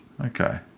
Okay